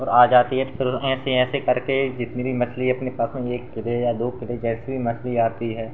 और आ जाती है तो फिर ऐसे ऐसे करके जितनी भी मछली अपने पास में एक किलो या दो किलो जैसी भी मछली आती है